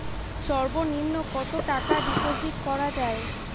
সর্ব নিম্ন কতটাকা ডিপোজিট করা য়ায়?